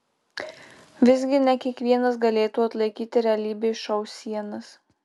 visgi ne kiekvienas galėtų atlaikyti realybės šou sienas